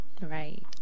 Right